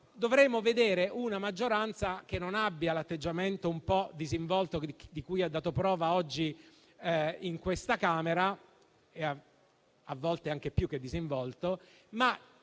dovremo vedere una maggioranza che non abbia l'atteggiamento un po' disinvolto di cui ha dato prova oggi in questa Camera (a volte anche più che disinvolto), ma